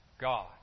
God